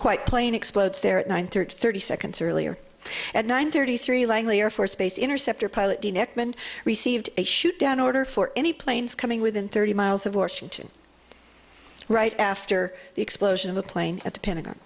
quite plain explodes there at nine hundred thirty seconds earlier at nine thirty three langley air force base interceptor pilot dean ekman received a shoot down order for any planes coming within thirty miles of washington right after the explosion of a plane at the pentagon